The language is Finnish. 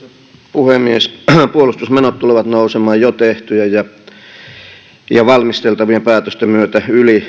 puhemies puolustusmenot tulevat nousemaan jo tehtyjen ja ja valmisteltavien päätösten myötä yli